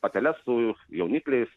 pateles su jaunikliais